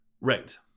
Right